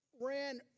ran